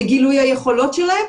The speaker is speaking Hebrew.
לגילוי היכולות שלהם,